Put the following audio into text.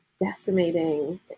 decimating